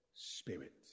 Spirit